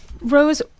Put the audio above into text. Rose